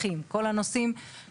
אבל זו ישיבה אחרונה שאני אחכה לזה,